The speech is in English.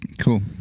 cool